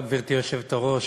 גברתי היושבת-ראש,